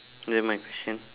then my question